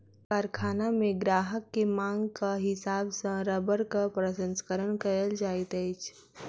कारखाना मे ग्राहक के मांगक हिसाब सॅ रबड़क प्रसंस्करण कयल जाइत अछि